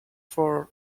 for